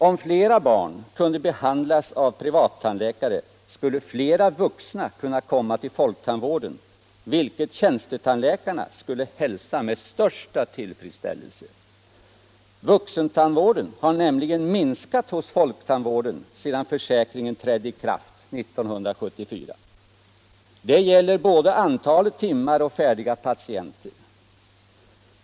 Om flera barn kunde behandlas av privattandläkare, skulle flera vuxna kunna komma till folktandvården, vilket tjänstetandläkarna skulle hälsa med största tillfredsställelse. Vuxentandvården har nämligen minskat hos folktandvården sedan försäkringen trädde i kraft 1974. Det gäller både antalet timmar och färdiga patienter.